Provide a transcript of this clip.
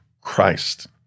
Christ